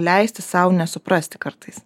leisti sau nesuprasti kartais